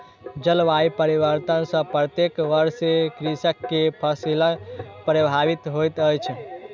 जलवायु परिवर्तन सॅ प्रत्येक वर्ष कृषक के फसिल प्रभावित होइत अछि